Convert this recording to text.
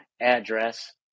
address